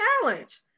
challenge